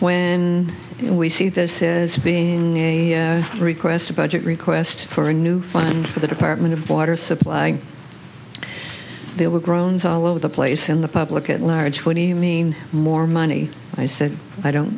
when we see this as being a request a budget request for a new fund for the department of water supply they were groans all over the place in the public at large what do you mean more money i said i don't